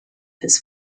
his